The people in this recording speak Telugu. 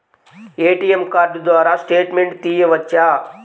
ఏ.టీ.ఎం కార్డు ద్వారా స్టేట్మెంట్ తీయవచ్చా?